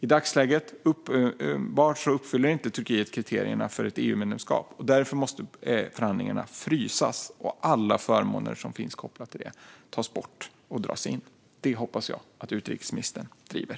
I dagsläget är det uppenbart att Turkiet inte uppfyller kriterierna för ett EU-medlemskap, och därför måste förhandlingarna frysas och alla förmåner som finns kopplade till detta tas bort och dras in. Det hoppas jag att utrikesministern driver.